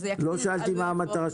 לא שאלתי מה המטרה.